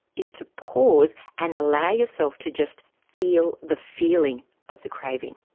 is to pause and allow yourself to just feel the feeling of the craving,